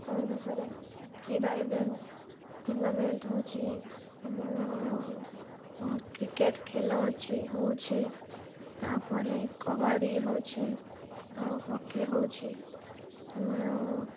ଆମ ଦେଶରେ କ୍ରୀଡ଼ା ଇଭେଣ୍ଟ ଟୁର୍ଣ୍ଣାମେଣ୍ଟ ହେଉଛି ଆମର କ୍ରିକେଟ ଖେଳ ଅଛି ହେଉଛି ତା'ପରେ କବାଡ଼ି ହେଉଛି ଆଉ ହକି ହେଉଛି ଆମର